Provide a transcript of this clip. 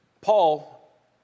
Paul